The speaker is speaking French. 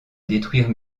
détruire